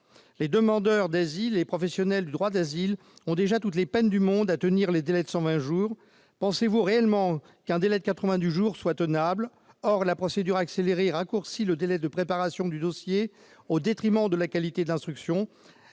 Les demandeurs d'asile et les professionnels du droit d'asile ont déjà toutes les peines du monde à respecter le délai de 120 jours. Pensez-vous réellement que le délai de 90 jours soit tenable ? La procédure accélérée raccourcit le délai de préparation du dossier, au détriment de la qualité de l'instruction ;